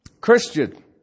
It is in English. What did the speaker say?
Christian